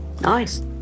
nice